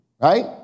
right